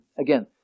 again